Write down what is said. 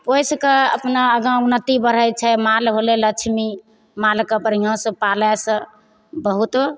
पोसिकऽ अपना आगा उन्नति बढ़य छै माल होलय लक्ष्मी मालके बढ़िआँसँ पालयसँ बहुत